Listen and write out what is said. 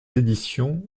éditions